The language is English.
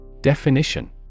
Definition